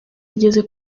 ageze